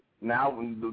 Now